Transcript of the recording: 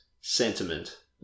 sentiment